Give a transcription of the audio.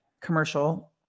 commercial